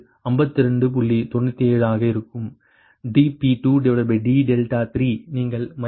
97 ஆக இருக்கும் dp2d3 நீங்கள் 31